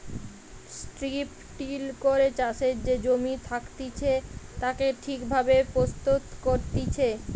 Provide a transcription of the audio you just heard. strip till করে চাষের যে জমি থাকতিছে তাকে ঠিক ভাবে প্রস্তুত করতিছে